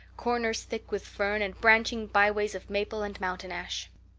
corners thick with fern, and branching byways of maple and mountain ash.